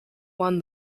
won